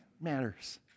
matters